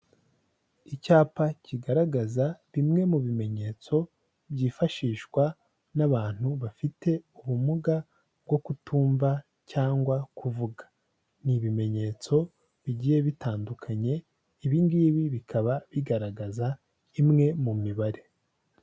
Icyapa kigaragaza bimwe mu bimenyetso byifashishwa n'abantu bafite ubumuga bwo kutumva cyangwa kuvuga, ni ibimenyetso bigiye bitandukanye ibi ngibi bikaba bigaragaza imwe mu mibare.